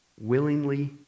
Willingly